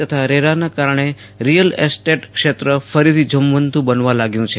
તથા રેરાના કારણે રીઅલ એસ્ટેટ ક્ષેત્ર ફરીથી જોમવંતુ બનવા લાગ્યું છે